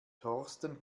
thorsten